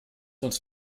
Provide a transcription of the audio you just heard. uns